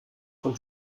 von